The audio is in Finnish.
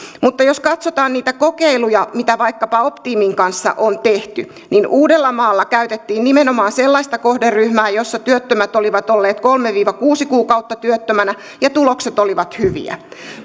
jos katsotaan niitä kokeiluja mitä vaikkapa opteamin kanssa on tehty niin uudellamaalla käytettiin nimenomaan sellaista kohderyhmää jossa työttömät olivat olleet kolme viiva kuusi kuukautta työttöminä ja tulokset olivat hyviä